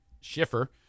Schiffer